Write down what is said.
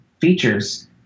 features